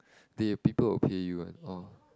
the people will pay you one oh